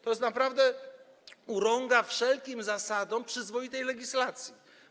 To naprawdę urąga wszelkim zasadom przyzwoitej legislacji.